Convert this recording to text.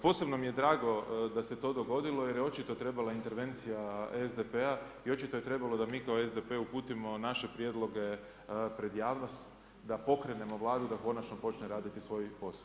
Posebno mi je drago da se to dogodili jer je očito trebala intervencija SDP-a i očito je trebalo da mi kao SDP uputimo naše prijedloge pred javnost, da pokrenemo Vladu da konačno počne raditi svoj posao.